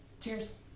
Cheers